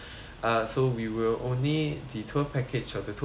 ah so we will only the tour package or the tour